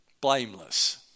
blameless